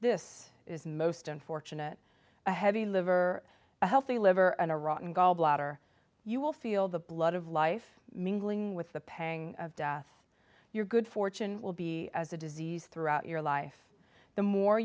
this is most unfortunate a heavy liver a healthy liver and a rotten gall bladder you will feel the blood of life mingling with the pang of death your good fortune will be as a disease throughout your life the more